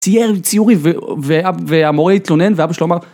צייר ציורים והמורה התלונן ואבא שלו אמר...